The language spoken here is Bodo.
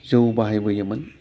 जौ बाहायबोयोमोन